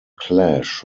clash